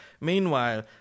Meanwhile